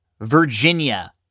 Virginia